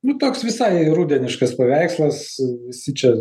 nu toks visai rudeniškas paveikslas visi čia